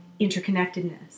interconnectedness